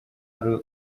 ari